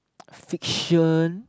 fiction